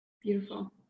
Beautiful